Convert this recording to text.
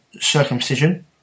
circumcision